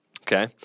Okay